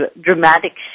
dramatic